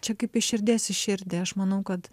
čia kaip iš širdies į širdį aš manau kad